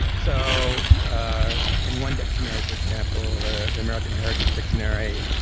so yeah in one dictionary for example, the american heritage dictionary,